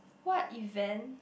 what event